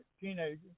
teenager